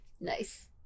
Nice